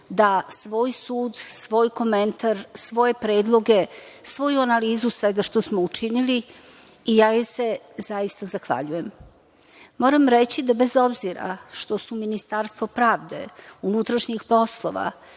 da svoj sud, svoj komentar, svoje predloge, svoju analizu svega što smo učinili i ja joj se zaista zahvaljujem. Moram reći da bez obzira što su Ministarstvo pravde, Ministarstvo unutrašnjih poslova